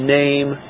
name